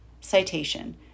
Citation